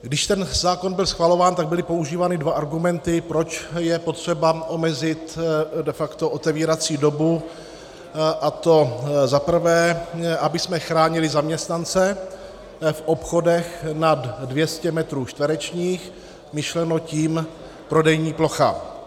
Když ten zákon byl schvalován, tak byly používány dva argumenty, proč je potřeba omezit de facto otevírací dobu, a to za prvé, abychom chránili zaměstnance v obchodech nad 200 metrů čtverečních, myšleno tím prodejní plocha.